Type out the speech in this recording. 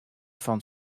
fan